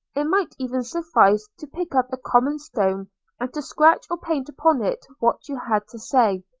it might even suffice to pick up a common stone and to scratch or paint upon it what you had to say,